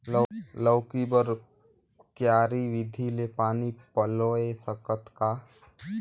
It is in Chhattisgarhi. लौकी बर क्यारी विधि ले पानी पलोय सकत का?